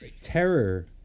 Terror